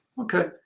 Okay